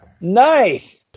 Nice